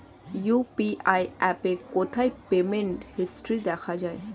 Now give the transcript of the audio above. UPI অ্যাপে কোথায় payment history দেখা যায়?